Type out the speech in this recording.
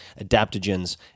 adaptogens